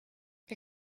wir